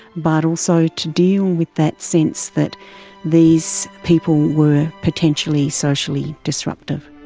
but also to deal with that sense that these people were potentially socially disruptive.